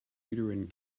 uterine